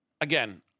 again